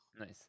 Nice